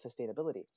sustainability